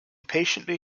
patiently